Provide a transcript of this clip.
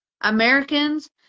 americans